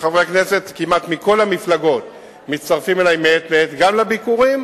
שחברי כנסת כמעט מכל המפלגות מצטרפים אלי מעת לעת גם לביקורים,